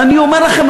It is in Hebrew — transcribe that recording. ואני אומר לכם,